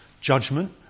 judgment